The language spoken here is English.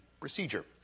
procedure